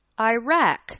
Iraq